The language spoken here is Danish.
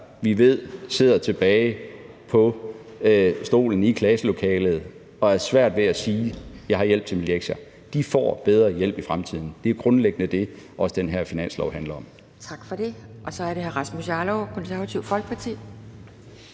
vi ved der sidder tilbage på stolen i klasselokalet og har svært ved at sige, at de får hjælp til deres lektioner, får bedre hjælp i fremtiden. Det er grundlæggende det, også den her finanslov handler om. Kl. 16:40 Anden næstformand (Pia Kjærsgaard): Tak for det.